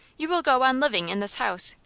you will go on living in this house,